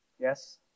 Yes